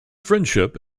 friendship